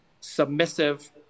submissive